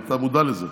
ואתה מודע לזה.